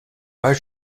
pas